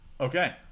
Okay